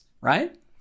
right